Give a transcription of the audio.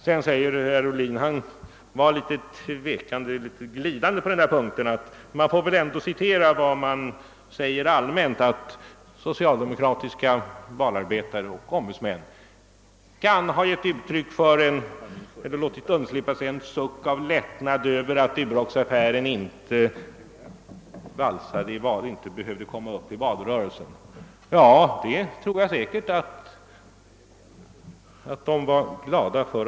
Herr Ohlin sade — han var litet tvekande och glidande på den här punkten — att man väl ändå får citera vad som allmänt sägs om att socialdemokratiska valarbetare och ombudsmän låtit undslippa sig en »suck av lättnad» över att Duroxaffären inte behövde komma upp i valrörelsen. Ja, det tror jag säkerligen att de var glada för.